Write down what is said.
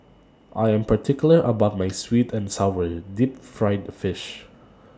I Am particular about My Sweet and Sour Deep Fried Fish